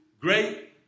great